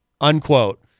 unquote